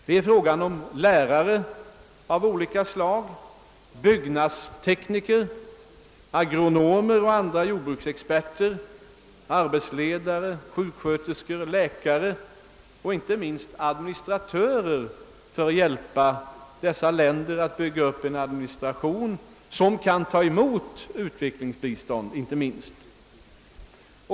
Det gäller lärare av olika slag, byggnadstekniker, agronomer och andra jordbruksexperter, arbetsledare, sjuksköterskor och läkare samt inte minst administratörer som kan hjälpa dessa länder att bygga upp en administration som kan ta emot utvecklingsbistånd.